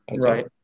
Right